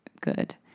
good